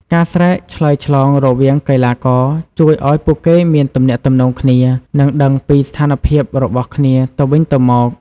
ការស្រែកឆ្លើយឆ្លងរវាងកីឡាករជួយឲ្យពួកគេមានទំនាក់ទំនងគ្នា និងដឹងពីស្ថានភាពរបស់គ្នាទៅវិញទៅមក។